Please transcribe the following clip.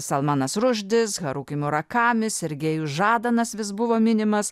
salmanas rušdis haruki murakamis sergejus žadanas vis buvo minimas